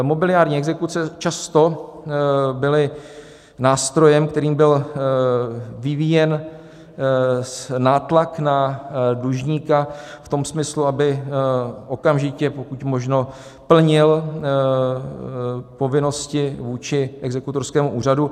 Mobiliární exekuce často byly nástrojem, kterým byl vyvíjen nátlak na dlužníka v tom smyslu, aby okamžitě pokud možno plnil povinnosti vůči exekutorskému úřadu.